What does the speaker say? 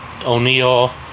O'Neill